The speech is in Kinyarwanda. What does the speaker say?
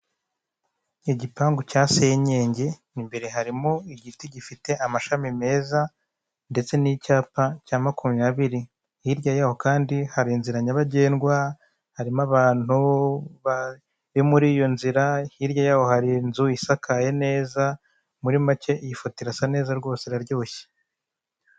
Igipangu cya senyenge imbere harimo igiti gifite amashami meza ndetse n'icyapa cya makumyabiri. Hirya yaho kandi hari inzira nyabagendwa harimo abantu bane muri iyo nzira, hirya yaho hari inzu isakaye neza muri make iyi foto irasa neza rwose iraryoshye.